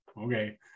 Okay